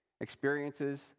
experiences